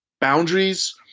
boundaries